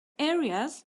areas